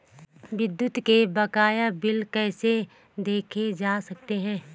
विद्युत के बकाया बिल कैसे देखे जा सकते हैं?